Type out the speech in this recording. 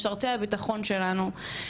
משרתי הביטחון שלנו,